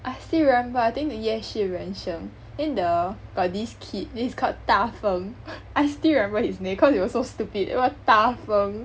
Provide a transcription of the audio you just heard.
I still remember I think the 夜市人生 then the got this kid then he's called 大风 I still remember his name cause it was so stupid what 大风